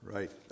Right